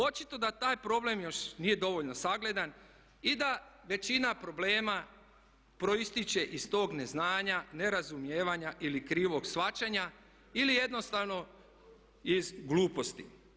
Očito da taj problem još nije dovoljno sagledan i da većina problema proističe iz tog neznanja, nerazumijevanja ili krivog shvaćanja ili jednostavno iz gluposti.